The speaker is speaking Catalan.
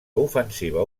ofensiva